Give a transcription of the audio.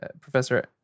Professor